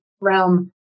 realm